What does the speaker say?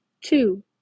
Two